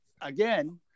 again